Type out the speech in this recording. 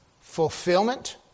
fulfillment